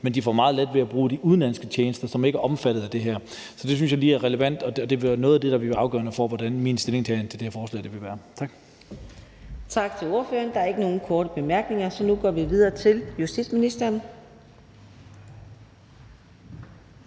men får meget let ved at bruge de udenlandske tjenester, som ikke er omfattet af det her? Det synes jeg er relevant at undersøge, og det er noget af det, der bliver afgørende for, hvordan min stillingtagen til det her forslag vil være. Tak. Kl. 17:43 Fjerde næstformand (Karina Adsbøl): Tak til ordføreren. Der er ikke nogen korte bemærkninger, så nu går vi videre til justitsministeren.